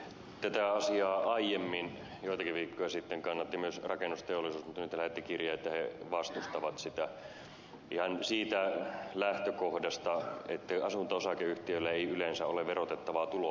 tätä asiaa aiemmin joitakin viikkoja sitten kannatti myös rakennusteollisuus mutta nyt he lähettivät kirjeen että he vastustavat sitä ihan siitä lähtökohdasta että asunto osakeyhtiöillä ei yleensä ole verotettavaa tuloa